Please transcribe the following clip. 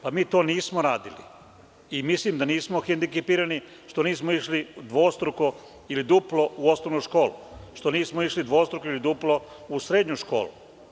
Pa, mi to nismo radili i mislim da nismo hendikepirani što nismo išli dvostruko ili duplo uosnovnu školu, što nismo išli dvostruko ili duplo u srednju školu.